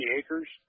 acres